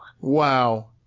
wow